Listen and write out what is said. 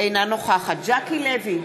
אינה נוכחת ז'קי לוי,